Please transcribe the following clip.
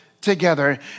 together